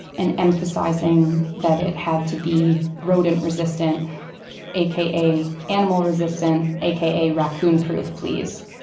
and emphasizing that it had to be rodent resistant aka animal resistant aka raccoon proof, please.